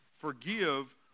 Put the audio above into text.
forgive